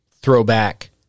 throwback